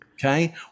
Okay